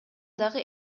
дагы